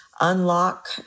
unlock